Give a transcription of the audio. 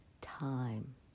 time